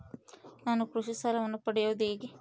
ನಾನು ಕೃಷಿ ಸಾಲವನ್ನು ಪಡೆಯೋದು ಹೇಗೆ?